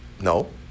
No